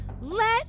let